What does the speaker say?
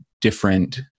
different